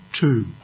two